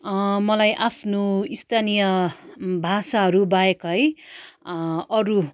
मलाई आफ्नो स्थानीय भाषाहरू बाहेक है अरू